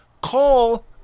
Call